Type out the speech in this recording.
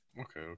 Okay